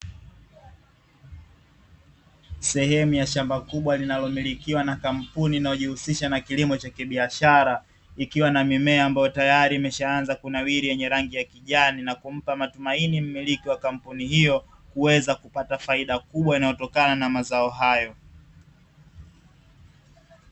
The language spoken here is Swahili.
Sehemu ya shamba kubwa linalomilikiwa na kampuni inayojihusisha na kilimo cha kibiashara, ikiwa na mimea ambayo tayari imeshaanza kunawiri yenye rangi ya kijani, na kumpa matumaini mmiliki wa kampuni hiyo kuweza kupata faida kubwa inayotokana na mazao hayo.